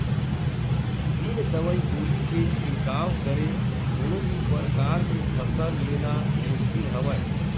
बिन दवई गोली के छिड़काव करे कोनो भी परकार के फसल लेना मुसकिल हवय